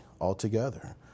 altogether